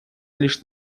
лишь